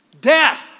Death